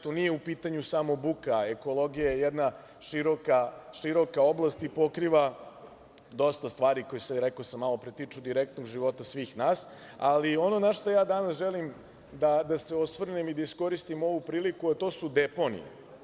Tu nije u pitanju samo buka, ekologija je jedna široka oblast i pokriva dosta stvari koje se tiču direktno života svih nas, ali ona na šta danas želim da se osvrnem i da iskoristim priliku, a to su deponije.